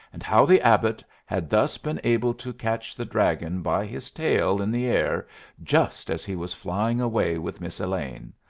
and how the abbot had thus been able to catch the dragon by his tail in the air just as he was flying away with miss elaine,